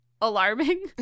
alarming